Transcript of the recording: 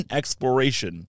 exploration